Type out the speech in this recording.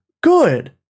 good